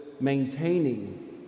maintaining